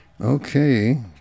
Okay